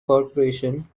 corporation